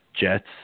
Jets